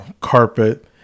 carpet